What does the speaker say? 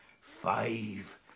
five